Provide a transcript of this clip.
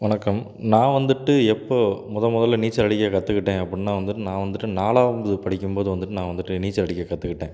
வணக்கம் நான் வந்துவிட்டு எப்போது மொதல் மொதலில் நீச்சல் அடிக்க கற்றுக்கிட்டேன் அப்புடினா வந்துவிட்டு நான் வந்துவிட்டு நாலாவது படிக்கும் போது வந்துவிட்டு நான் வந்துவிட்டு நீச்சல் அடிக்க கற்றுக்கிட்டேன்